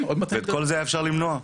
ואת כל זה אפשר היה למנוע.